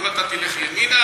אם אתה תלך ימינה,